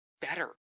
better